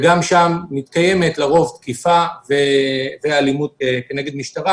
גם שם מתקיימת לרוב תקיפה ואלימות כנגד המשטרה,